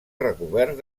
recobert